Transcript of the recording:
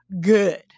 good